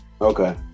Okay